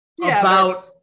about-